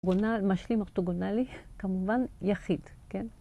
בונה על משלים אורתוגונלי, כמובן, יחיד, כן?